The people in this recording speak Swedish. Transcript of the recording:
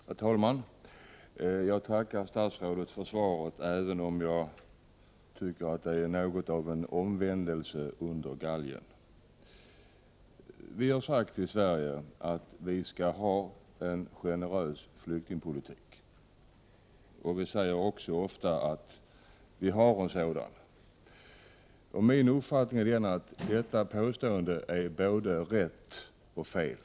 Herr talman! Jag tackar statsrådet för svaret, även om jag tycker att det är något av en omvändelse under galgen. Vi har sagt att vi skall ha en generös flyktingpolitik i Sverige. Vi säger också ofta att vi har en sådan. Min uppfattning är att detta påstående är både rätt och fel.